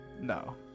No